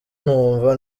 numva